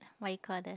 what you call the